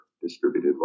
distributed